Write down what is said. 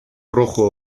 rojo